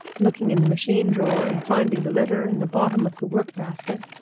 looking in the machine drawer and finding the letter in the bottom of the workbasket.